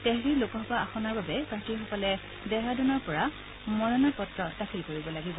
টেহৰী লোকসভা আসনৰ বাবে প্ৰাৰ্থীসকলে ডেহৰাডুনৰ পৰা মনোনয়ন পত্ৰ দাখিল কৰিব লাগিব